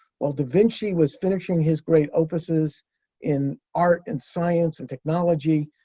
while da vinci was finishing his great opuses in art and science and technology,